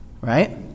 Right